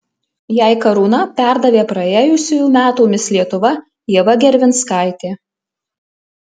jai karūna perdavė praėjusiųjų metų mis lietuva ieva gervinskaitė